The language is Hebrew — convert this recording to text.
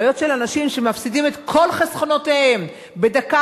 בעיות של אנשים שמפסידים את כל חסכונותיהם בדקה